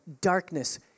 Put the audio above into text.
darkness